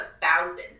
thousands